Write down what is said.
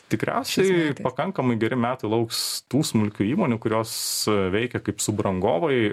tikriausiai pakankamai geri metai lauks tų smulkių įmonių kurios veikia kaip subrangovai